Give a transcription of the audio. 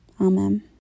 Amen